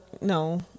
no